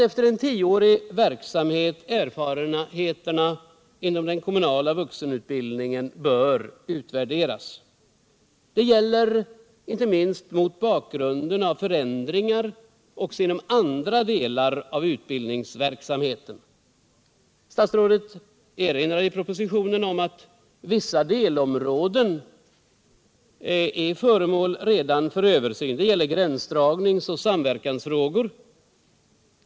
Efter en tioårig verksamhet bör erfarenheterna inom kommunal vuxenutbildning utvärderas, inte minst mot bakgrunden av förändringar också inom andra delar av utbildningsverksamheten. Statsrådet erinrar i propositionen om att vissa områden redan är föremål för översyn. Det gäller gränsdragningsoch samverkansfrågor.